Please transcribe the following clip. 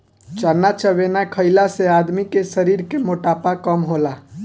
चना चबेना खईला से आदमी के शरीर के मोटापा कम होला